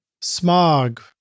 smog